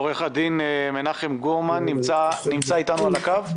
עורך הדין מנחם גורמן, נמצא איתנו על הקו?